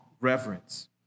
reverence